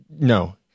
no